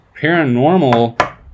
paranormal